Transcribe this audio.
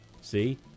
see